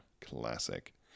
Classic